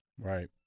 Right